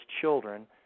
children